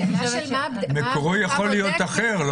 מקורו יכול להיות אחר.